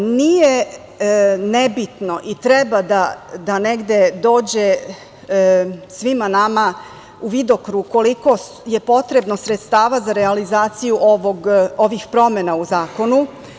Nije nebitno i treba da negde dođe svima nama u vidokrug koliko je potrebno sredstava za realizaciju ovih promena u zakonu.